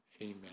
Amen